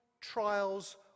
trials